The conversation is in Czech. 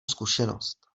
zkušenost